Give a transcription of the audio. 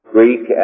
Greek